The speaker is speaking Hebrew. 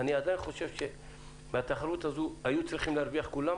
אני עדיין חושב שבתחרות הזאת היו צריכים להרוויח כולם,